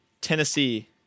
Tennessee